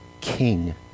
king